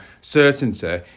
certainty